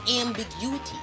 ambiguity